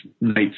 nights